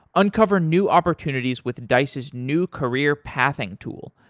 uncover new opportunities with dice's new career pathing tool,